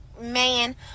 man